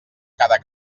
cada